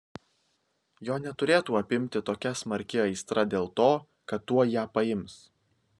jo neturėtų apimti tokia smarki aistra dėl to kad tuoj ją paims